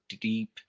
deep